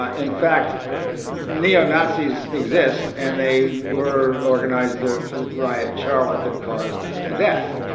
ah in fact neo-nazis exist, and they were organized the riot in charlotte that caused a death.